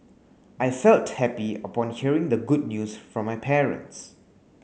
I felt happy upon hearing the good news from my parents